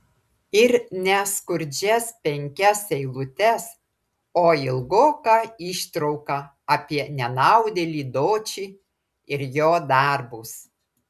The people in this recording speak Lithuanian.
ir ne skurdžias penkias eilutes o ilgoką ištrauką apie nenaudėlį dočį ir jo darbus